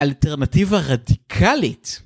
אלטרנטיבה רדיקלית